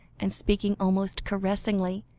and speaking almost caressingly,